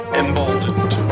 emboldened